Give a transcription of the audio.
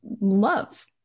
love